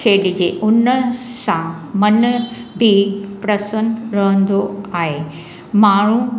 खेॾिजे उन सां मन बि प्रसन्न रहंदो आहे माण्हू